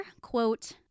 quote